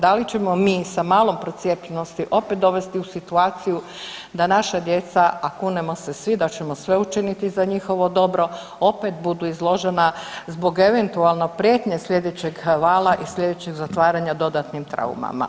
Da li ćemo mi sa malom procijepljenosti opet dovesti u situaciju da naša djeca, a kunemo se svi da ćemo sve učiniti za njihovo dobro opet budu izložena zbog eventualno prijetnje slijedećeg vala i slijedećeg zatvaranja dodatni traumama?